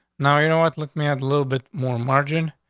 now, you know what looked me out a little bit more margin.